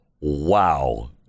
wow